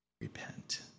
Repent